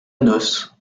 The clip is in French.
noce